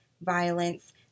violence